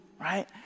right